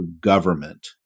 government